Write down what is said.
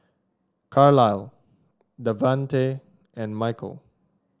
Carlyle Davante and Michael